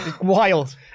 wild